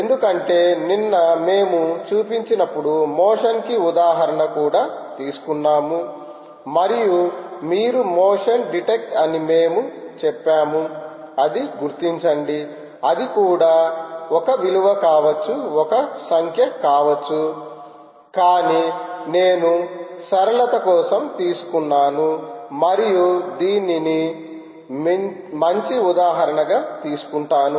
ఎందుకంటే నిన్న మేము చూపించినప్పుడు మోషన్ కి ఉదాహరణ కూడా తీసుకున్నాము మరియు మీరు మోషన్ డిటెక్ట్ అని మేము చెప్పాము అది గుర్తించండి అది కూడా ఒక విలువ కావచ్చు ఒక సంఖ్య కావచ్చు కానీ నేను సరళత కోసం తీసుకున్నాను మరియు దీనిని మంచి ఉదాహరణగా తీసుకుంటాను